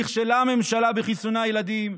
נכשלה הממשלה בחיסוני הילדים,